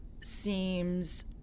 seems